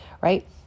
right